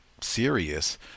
serious